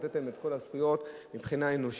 לתת להם את כל הזכויות מבחינה אנושית,